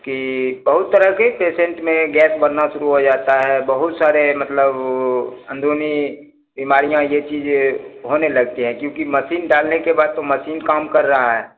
कि बहुत सारा भी पेशेन्ट में गैस बनना शुरू हो जाता है बहुत सारे मतलब अन्दरूनी बीमारियाँ यह चीज़ होने लगती हैं क्योंकि मशीन चलने के बाद तो मशीन काम कर रही है